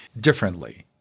differently